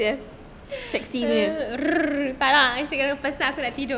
tak lah at first start aku nak tidur